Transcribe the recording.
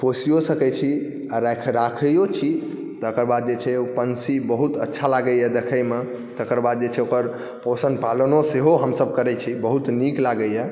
पोसिओ सकै छी आओर राखिओ छी तकर बाद जे छै ओ पन्छी बहुत अच्छा लागै देखैमे तकर बाद जे छै ओकर पोषण पालन सेहो हमसब करै छी बहुत नीक लागैए